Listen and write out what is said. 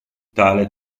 tale